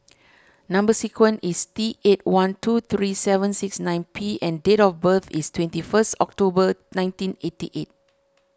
Number Sequence is T eight one two three seven six nine P and date of birth is twenty first October nineteen eighty eight